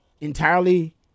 entirely